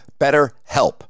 BetterHelp